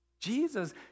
Jesus